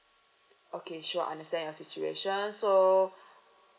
okay sure understand your situation so